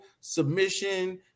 submission